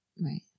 Right